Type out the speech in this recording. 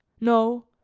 no,